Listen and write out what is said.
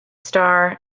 star